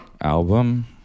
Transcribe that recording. album